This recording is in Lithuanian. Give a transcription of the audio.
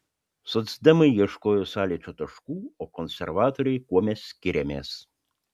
socdemai ieškojo sąlyčio taškų o konservatoriai kuo mes skiriamės